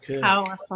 Powerful